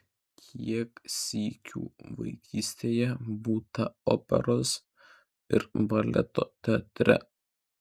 kiek sykių vaikystėje būta operos ir baleto teatre